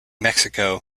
mexico